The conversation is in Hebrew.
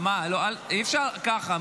לא, אי-אפשר ככה.